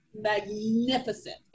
magnificent